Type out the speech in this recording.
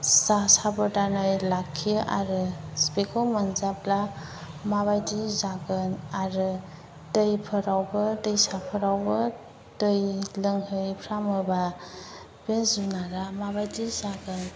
जा साबधानै लाखियो आरो बेखौ मोनजाब्ला माबायदि जागोन आरो दैफोरावबो दैसाफोरावबो दै लोंहैफ्रामोबा बे जुनारा माबायदि जागोन